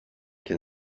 can